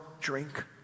drink